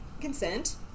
Consent